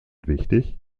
wichtig